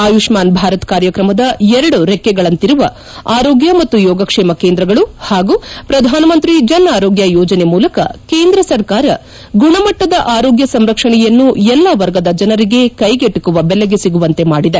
ಆಯುಷ್ನಾನ್ ಭಾರತ್ ಕಾರ್ಯಕ್ರಮದ ಎರಡು ರೆಕ್ಕೆಗಳಂತಿರುವ ಆರೋಗ್ಲ ಮತ್ತು ಯೋಗಕ್ಷೇಮ ಕೇಂದ್ರಗಳು ಹಾಗೂ ಪ್ರಧಾನಮಂತ್ರಿ ಜನ್ ಆರೋಗ್ಯ ್ಯೋಜನೆ ಮೂಲಕ ಕೇಂದ್ರ ಸರ್ಕಾರ ಗುಣಮಟ್ಟದ ಆರೋಗ್ಯ ಸಂರಕ್ಷಣೆಯನ್ನು ಎಲ್ಲ ವರ್ಗದ ಜನರಿಗೆ ಕ್ಷೆಗೆಟುಕುವ ಬೆಲೆಗೆ ಸಿಗುವಂತೆ ಮಾಡಿದೆ